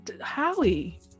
howie